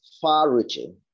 far-reaching